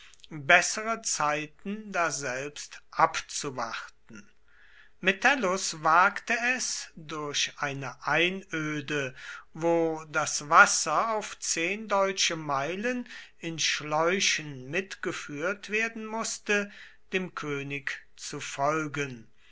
bessere zeiten daselbst abzuwarten metellus wagte es durch eine einöde wo das wasser auf zehn deutsche meilen in schläuchen mitgeführt werden mußte dem könig zu folgen